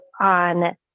on